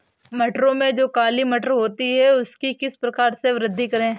मटरों में जो काली मटर होती है उसकी किस प्रकार से वृद्धि करें?